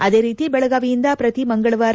ಅದೇ ರೀತಿ ಬೆಳಗಾವಿಯಿಂದ ಪ್ರತಿ ಮಂಗಳವಾರ